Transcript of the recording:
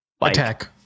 attack